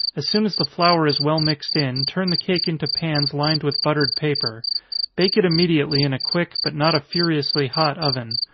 as soon as the flour is well mixed in, turn the cake into pans lined with buttered paper bake it immediately in a quick, but not a furiously hot oven.